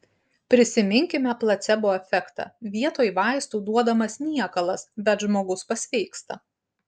prisiminkime placebo efektą vietoj vaistų duodamas niekalas bet žmogus pasveiksta